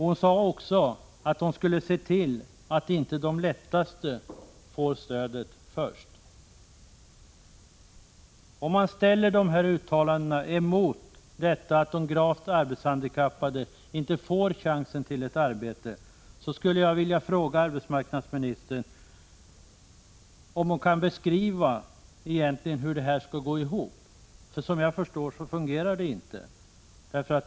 Hon sade också att hon skulle se till att det inte blir de minst handikappade som först får stödet i fråga. Jag ställer dessa uttalanden mot det faktum att de gravt arbetshandikappade inte har någon chans till ett arbete och skulle då vilja fråga arbetsmarknadsministern om hon kan beskriva hur det här egentligen går ihop. Såvitt jag förstår fungerar det inte.